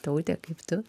taute kaip tu